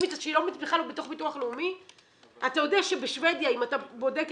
אתה יודע שבשבדיה אני בדקתי